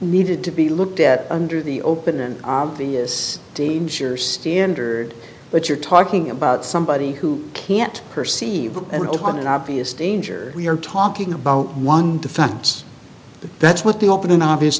needed to be looked at under the open and obvious danger standard but you're talking about somebody who can't perceive and on an obvious danger we are talking about one to facts that's what the open obvious